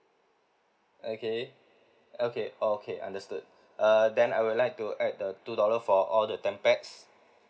okay okay okay understood uh then I would like to add the two dollar for all the ten pax